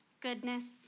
goodness